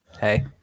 hey